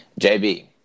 JB